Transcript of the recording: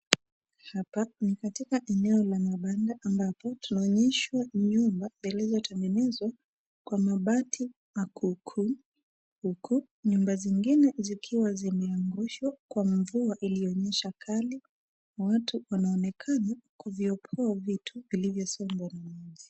Hapa ni katika eneo la mabanda ambapo tunaonyeshwa nyumba zilizotengenezwa kwa mabati makuukuu huku nyumba zingine zikiwa zimeangushwa kwa mvua iliyonyesha kali. Watu wanaonekana kuviokoa vitu vilivyosombwa na maji.